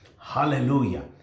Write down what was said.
Hallelujah